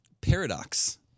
Paradox